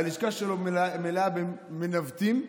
הלשכה שלו מלאה במנווטים.